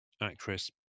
actress